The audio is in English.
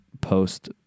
post